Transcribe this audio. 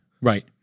right